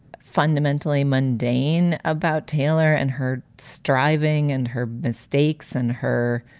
fundamentally mundane about taylor and her striving and her mistakes and her